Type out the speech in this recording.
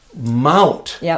mount